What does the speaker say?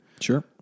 Sure